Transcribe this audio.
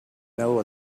know